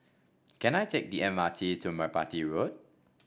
can I take the M R T to Merpati Road